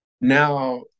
now